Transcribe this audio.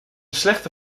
slechte